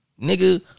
nigga